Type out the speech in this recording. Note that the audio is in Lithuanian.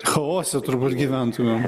chaose turbūt gyventumėm